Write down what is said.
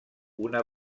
una